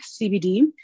CBD